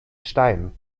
stein